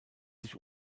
sich